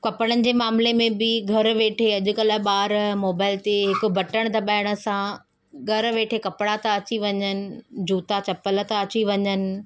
कपिड़नि जे मामले में बि घरु वेठे अॼुकल्ह ॿार मोबाइल ते हिकु बटणु दबाइण सां घर वेठे कपिड़ा था अची वञनि जूता चंपल था अची वञनि